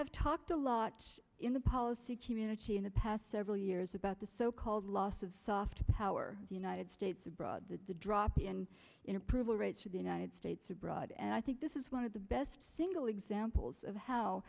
have talked a lot in the policy community in the past several years about the so called loss of soft power the united states abroad the drop in in approval rates for the united states abroad and i think this is one of the best single examples of how